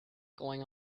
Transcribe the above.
going